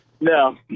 No